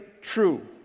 true